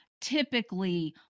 typically